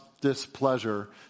displeasure